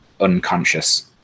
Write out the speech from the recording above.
unconscious